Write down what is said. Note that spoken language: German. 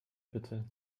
bitte